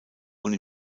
und